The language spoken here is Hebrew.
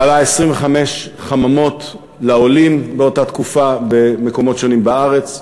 כללה 25 חממות לעולים באותה תקופה במקומות שונים בארץ,